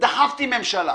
דחפתי ממשלה,